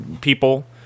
people